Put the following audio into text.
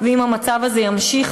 ואם המצב הזה יימשך,